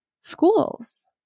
schools